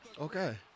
Okay